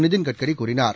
நிதின் கட்கரி கூறினார்